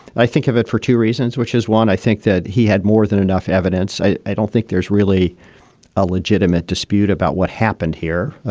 i think of it for two reasons, which is, one, i think that he had more than enough evidence. i i don't think there's really a legitimate dispute about what happened here.